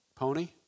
pony